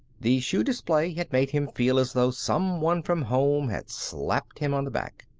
the shoe display had made him feel as though some one from home had slapped him on the back.